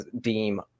deem